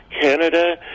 Canada